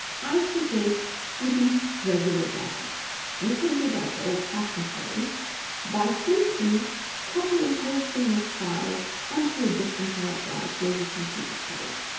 i suggest you do regular back-ups. you can do that the old-fashioned way by simply copying and pasting this file onto a different hard drive, where you can keep it safe.